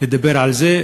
לדבר על זה.